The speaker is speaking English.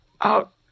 out